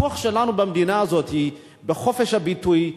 הכוח שלנו במדינה הזאת הוא בחופש הביטוי,